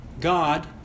God